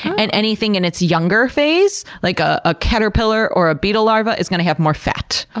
and anything in its younger phase like ah a caterpillar or a beetle larvae is going to have more fat.